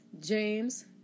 James